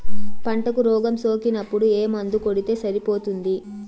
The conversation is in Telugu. పంటకు రోగం సోకినపుడు ఏ మందు కొడితే సరిపోతుంది?